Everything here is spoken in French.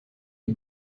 est